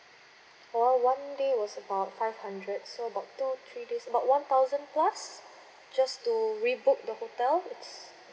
well one day was about five hundred so about two three days about one thousand plus just to rebook the hotel it's